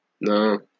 No